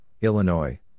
Illinois